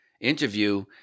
interview